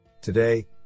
Today